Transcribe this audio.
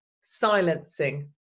silencing